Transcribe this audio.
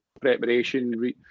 preparation